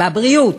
בבריאות.